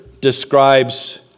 describes